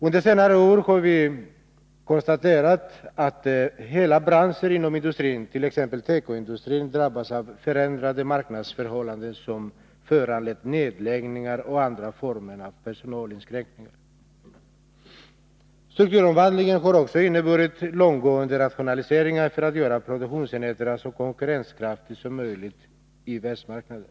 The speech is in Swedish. Under senare år har vi också fått uppleva att hela branscher inom industrin, t.ex. tekoindustrin, drabbats av förändrade marknadsförhållanden som föranlett nedläggningar och andra former av personalinskränkningar. Strukturomvandlingen har också inneburit långtgående rationaliseringar i syfte att göra produktionsenheterna så konkurrenskraftiga som möjligt på världsmarknaden.